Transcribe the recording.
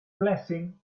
blessing